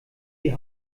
die